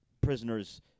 prisoners